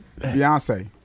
Beyonce